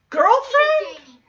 Girlfriend